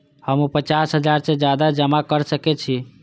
हमू पचास हजार से ज्यादा जमा कर सके छी?